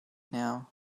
now